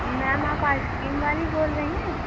میم آپ ice cream والی بول رہی ہیں